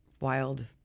wild